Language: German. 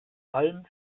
allem